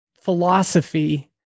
philosophy